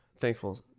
thankful